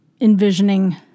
envisioning